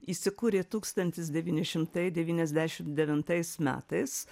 įsikūrė tūkstantis devyni šimtai devyniasdešim devintais metais